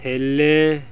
ਥੈਲੇ